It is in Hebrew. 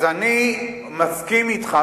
אז אני מסכים אתך.